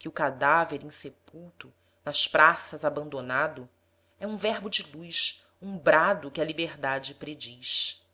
que o cadáver insepulto nas praças abandonado é um verbo de luz um brado que a liberdade prediz